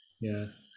yes